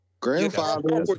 Grandfather